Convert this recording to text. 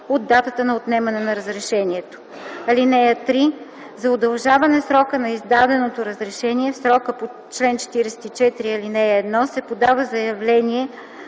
от датата на отнемане на разрешението. (3) За удължаване срока на издаденото разрешение в срока по чл. 44, ал. 1 се подава заявление